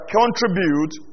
contribute